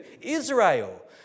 Israel